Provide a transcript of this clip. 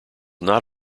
not